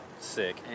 Sick